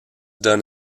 done